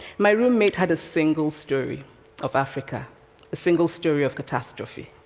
my roommate had a single story of africa a single story of catastrophe.